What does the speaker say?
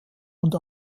und